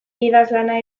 idazlana